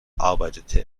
arbeitete